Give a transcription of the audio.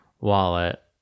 wallet